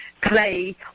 clay